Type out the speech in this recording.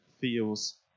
feels